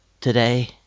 today